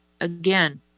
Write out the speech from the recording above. again